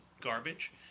garbage